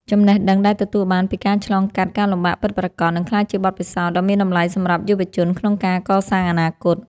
ចំណេះដឹងដែលទទួលបានពីការឆ្លងកាត់ការលំបាកពិតប្រាកដ នឹងក្លាយជាបទពិសោធន៍ដ៏មានតម្លៃសម្រាប់យុវជនក្នុងការកសាងអនាគត។